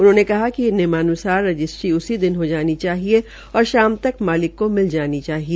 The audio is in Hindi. उन्होंने कहा कि नियमान्सार रजिस्ट्री उसी दिन हो जानी चाहिए और शाम तक मलिक को मिल जानी चाहिए